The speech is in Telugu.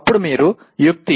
అప్పుడు మీరు యుక్తి